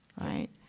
right